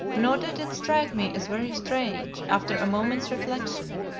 nor did it strike me as very strange, after a moment's reflection,